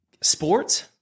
sports